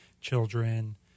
children